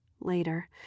Later